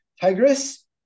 Tigris